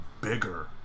bigger